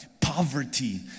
poverty